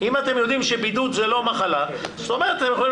אם אתם יודעים שבידוד זה לא מחלה, אתם יכולים